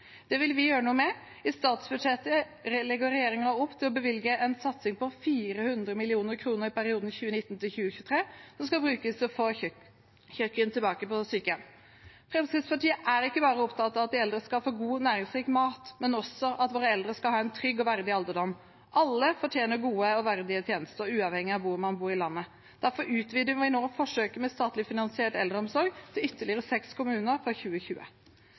Det vil vi gjøre noe med. I statsbudsjettet legger regjeringen opp til å bevilge en satsing på 400 mill. kr i perioden 2019–2023 som skal brukes til å få kjøkken tilbake på sykehjem. Fremskrittspartiet er ikke bare opptatt av at de eldre skal få god, næringsrik mat, men også av at våre eldre skal ha en trygg og verdig alderdom. Alle fortjener gode og verdige tjenester, uavhengig av hvor man bor i landet. Derfor utvider vi nå forsøket med statlig finansiert eldreomsorg til ytterligere seks kommuner fra 2020.